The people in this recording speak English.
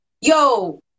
Yo